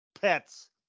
pets